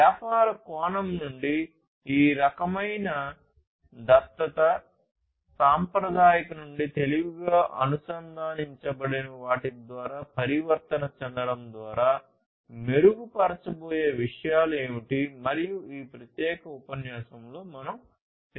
వ్యాపార కోణం నుండి ఈ రకమైన దత్తత సాంప్రదాయిక నుండి తెలివిగా అనుసంధానించబడిన వాటి ద్వారా పరివర్తన చెందడం ద్వారా మెరుగుపరచబోయే విషయాలు ఏమిటి మరియు ఈ ప్రత్యేక ఉపన్యాసంలో మనం చర్చించాము